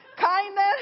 kindness